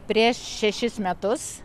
prieš šešis metus